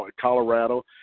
Colorado